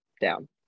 down